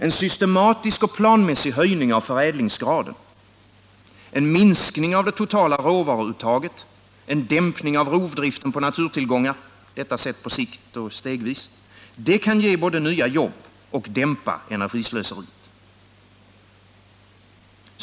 En systematisk och planmässig höjning av förädlingsgraden, en minskning av det totala råvaruuttaget och en dämpning av rovdriften på naturtillgångar — detta sett på sikt och stegvis— kan både ge nya jobb och dämpa energislöseriet.